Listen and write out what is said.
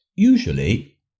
Usually